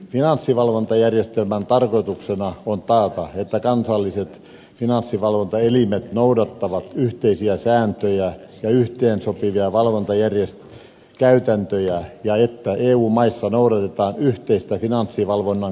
finanssivalvontajärjestelmän tarkoituksena on taata että kansalliset finanssivalvontaelimet noudattavat yhteisiä sääntöjä ja yhteensopivia valvontakäytäntöjä ja että eu maissa noudatetaan yhteistä finanssivalvonnan kulttuuria